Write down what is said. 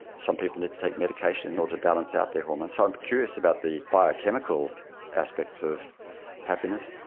some people need to take medication in order to balance out their hormones. so i'm curious about the biochemical aspects of happiness.